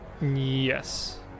Yes